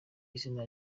izina